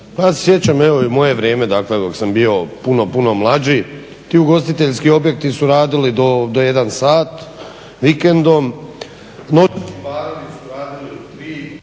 ja se sjećam, evo i u moje vrijeme, dakle dok sam bio puno, puno mlađi, ti ugostiteljski objekti su radili do 1 sat vikendom, noćni barovi su radili do 3.